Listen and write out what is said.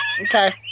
Okay